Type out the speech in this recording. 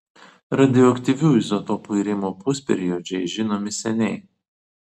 radioaktyvių izotopų irimo pusperiodžiai žinomi seniai